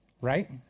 Right